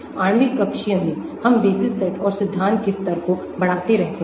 आणविक कक्षीय में हम बेसिस सट और सिद्धांत के स्तर को बढ़ाते रहते हैं